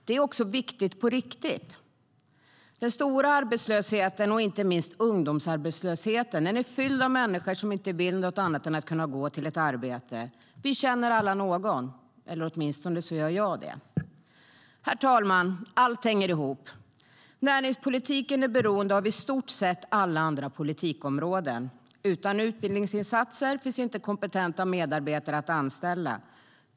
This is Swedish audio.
Det är viktigt på riktigt. Herr ålderspresident! Allt hänger ihop. Näringspolitiken är beroende av i stort sett alla andra politikområden. Utan utbildningsinsatser finns inte kompetenta medarbetare att anställa.